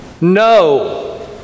No